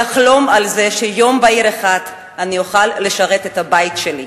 לחלום על זה שיום בהיר אחד אני אוכל לשרת את הבית שלי,